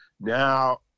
Now